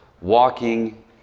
walking